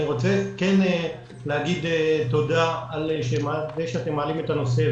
אני רוצה להגיד תודה על זה שאתם מעלים את הנושא.